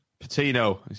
Patino